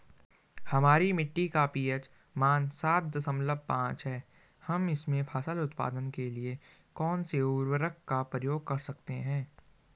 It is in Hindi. हमारी मिट्टी का पी.एच मान सात दशमलव पांच है हम इसमें फसल उत्पादन के लिए कौन से उर्वरक का प्रयोग कर सकते हैं?